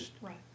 Right